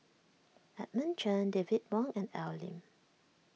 Edmund Chen David Wong and Al Lim